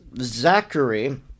Zachary